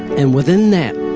and within that